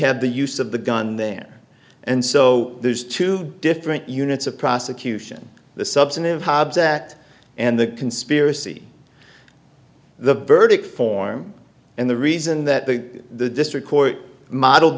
have the use of the gun there and so there's two different units of prosecution the substantive hobbs that and the conspiracy the verdict form and the reason that the the district court modeled